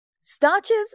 Starches